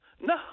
No